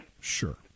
Sure